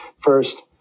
first